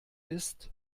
ist